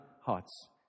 hearts